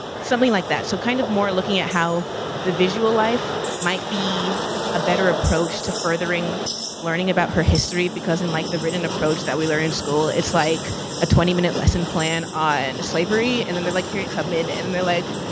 something like that. so kind of more looking at how the visual life might be a better approach to furthering learning about her history because in the written approach that we learn in school, it's like a twenty minute lesson plan on slavery, and then they're like harriet tubman, and they're like,